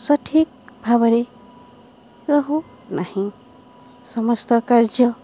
ସଠିକ୍ ଭାବରେ ରହୁ ନାହିଁ ସମସ୍ତ କାର୍ଯ୍ୟ